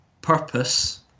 purpose